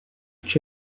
czech